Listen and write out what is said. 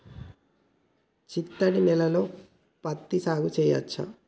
చిత్తడి నేలలో పత్తిని సాగు చేయచ్చా?